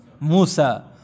Musa